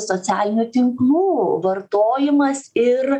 socialinių tinklų vartojimas ir